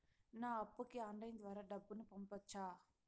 నా అప్పుకి ఆన్లైన్ ద్వారా డబ్బును పంపొచ్చా